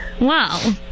Wow